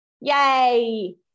Yay